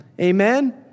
amen